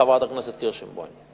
חברת הכנסת קירשנבאום,